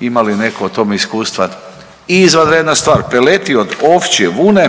ima li neko o tome iskustva, izvanredna stvar, peleti od ovčje vune